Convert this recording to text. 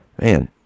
man